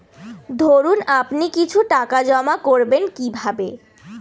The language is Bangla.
ধরুন আপনি কিছু টাকা জমা করবেন কিভাবে?